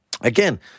Again